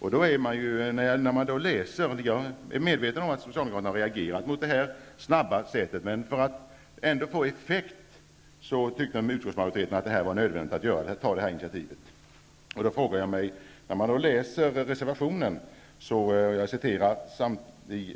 Jag är medveten om att socialdemokraterna i utskottet har reagerat mot det snabba förfaringssättet, men utskottsmajoriteten ansåg att det för att det skulle bli någon effekt var nödvändigt att ta detta initiativ.